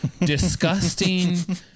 disgusting